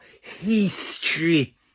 history